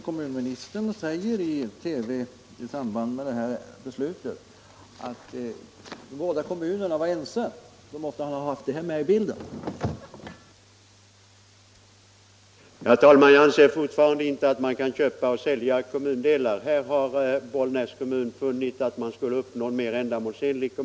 Kommunministern har sagt i TV, i samband med detta beslut, att båda kommunerna var ense —- men han måste väl ändå ha med i bilden den uppfattning Bollnäs kommun har gett till känna.